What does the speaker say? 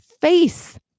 face